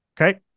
Okay